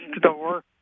door